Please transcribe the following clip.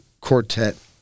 quartet